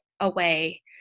away